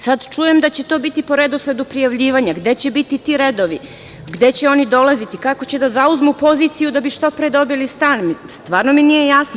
Sada čujem da će to biti po redosledu prijavljivanja, gde će biti ti redovi, gde će oni dolaziti, kako će da zauzmu poziciju da bi što pre dobili stan, stvarno mi nije jasno.